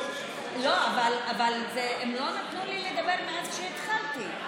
לא, הם לא נתנו לי לדבר מאז שהתחלתי.